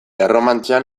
erromantzea